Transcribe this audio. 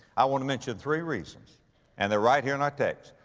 i want to mention three reasons and they're right here in our text.